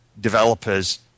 developers